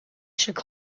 should